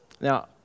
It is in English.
Now